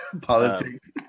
Politics